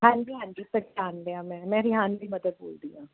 ਹਾਂਜੀ ਹਾਂਜੀ ਪਹਿਚਾਣ ਲਿਆ ਮੈਂ ਮੈਂ ਰਿਹਾਨ ਦੀ ਮਦਰ ਬੋਲ ਰਹੀ ਹਾਂ